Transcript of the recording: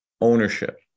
ownership